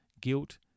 guilt